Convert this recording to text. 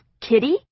Kitty